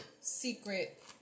secret